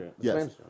yes